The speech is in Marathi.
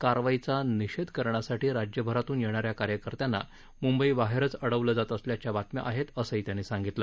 कारवाईचा निषेध करण्यासाठी राज्यभरातून येणा या कार्यकर्त्यांना मुंबई बाहेरच अडवलं जात असल्याच्या बातम्या आहेत असं त्यांनी सांगितलं